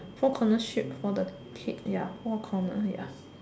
four corner ship for the paid ya four corner ya